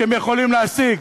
שהם יכולים להשיג,